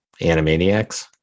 animaniacs